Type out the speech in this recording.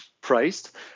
priced